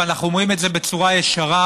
ואנחנו אומרים את זה בצורה ישרה,